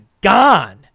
gone